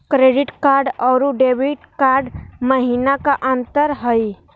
Credit card अरू debit card महिना का अंतर हई?